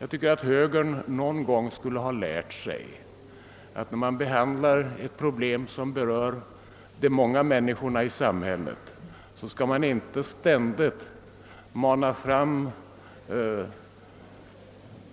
Högern borde någon gång lära sig att när man behandlar problem som berör de många människorna i samhället skall man inte ständigt mana fram